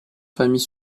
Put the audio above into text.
famille